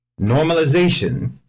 normalization